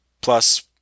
Plus